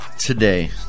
Today